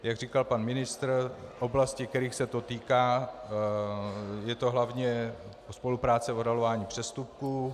Jak říkal pan ministr, oblasti, kterých se to týká, je to hlavně spolupráce v odhalování přestupků.